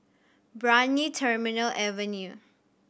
Brani Terminal Avenue